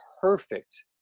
perfect